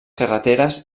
carreteres